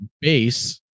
base